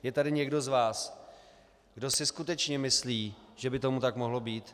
Je tady někdo z vás, kdo si skutečně myslí, že by tomu tak mohlo být?